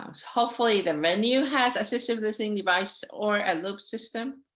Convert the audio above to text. hope. ly the venue has assistive listening device or a loop system.